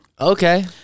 Okay